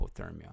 hypothermia